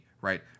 right